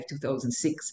2006